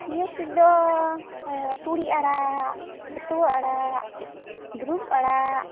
ᱱᱤᱭᱟᱹ ᱠᱚᱫᱚ ᱛᱩᱲᱤ ᱟᱲᱟᱜ ᱵᱟᱹᱛᱩᱣᱟᱹ ᱟᱲᱟᱜ ᱫᱩᱨᱩᱢ ᱟᱲᱟᱜ